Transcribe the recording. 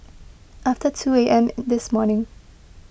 after two A M this morning